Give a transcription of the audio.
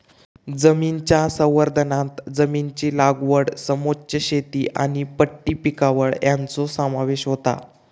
जमनीच्या संवर्धनांत जमनीची लागवड समोच्च शेती आनी पट्टी पिकावळ हांचो समावेश होता